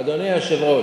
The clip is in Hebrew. אדוני היושב-ראש,